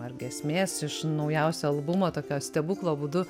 ar giesmės iš naujausio albumo tokio stebuklo būdu